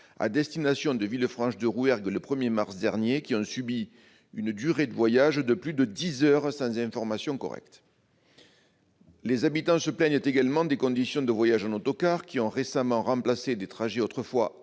à destination de Villefranche-de-Rouergue le 1 mars dernier, qui ont subi un voyage durant plus de dix heures sans information correcte. Les habitants se plaignent également des conditions de voyages en autocars, qui ont récemment remplacé les trajets autrefois